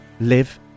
live